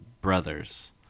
brothers